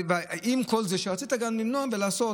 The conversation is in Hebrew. עם כל זה שרצית גם למנוע ולעשות.